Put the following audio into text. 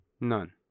None